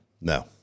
No